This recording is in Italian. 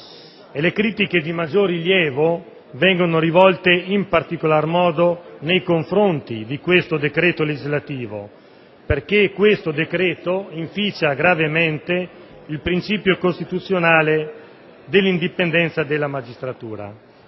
Le critiche di maggior rilievo vengono rivolte in particolare modo nei confronti di questo decreto legislativo perché inficia gravemente il principio costituzionale dell'indipendenza della magistratura,